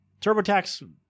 TurboTax